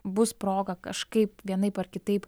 bus proga kažkaip vienaip ar kitaip